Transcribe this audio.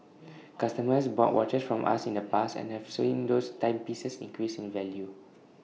customers bought watches from us in the past and have seen those timepieces increase in value